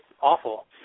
awful